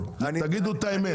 תגידו את האמת.